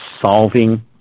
solving